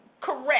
correct